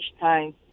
time